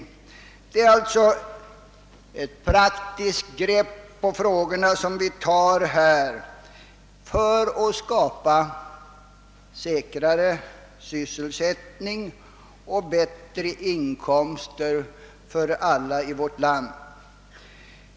Det är alltså fråga om ett praktiskt grepp för att skapa säkrare sysselsättning och bättre inkomster för alla i vårt land.